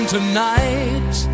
Tonight